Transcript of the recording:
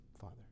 Father